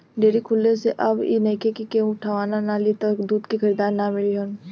dairy खुलला से अब इ नइखे कि केहू उठवाना ना लि त दूध के खरीदार ना मिली हन